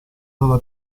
dalla